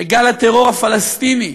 לגל הטרור הפלסטיני,